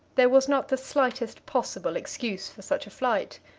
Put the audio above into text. there was not the slightest possible excuse for such a flight.